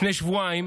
לפני שבועיים